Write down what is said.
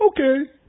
okay